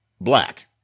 black